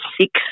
six